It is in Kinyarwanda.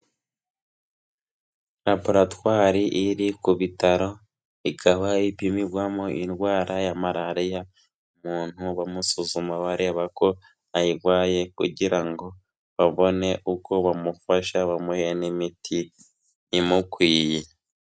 Laboratwari iri ku bitaro, ikaba ipimirwamo indwara ya malariya, umuntu bamusuzuma bareba ko ayirwaye kugira ngo babone uko bamufasha bamuhe n'imiti imukwiye.